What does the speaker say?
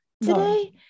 today